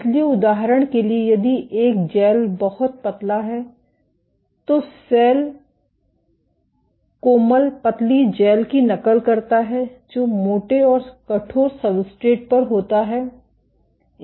इसलिए उदाहरण के लिए यदि एक जैल बहुत पतला है तो सेल कोमल पतली जैल की नकल करता है जो मोटे और कठोर सब्सट्रेट पर होता है